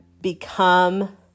become